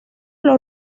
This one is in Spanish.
los